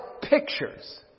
pictures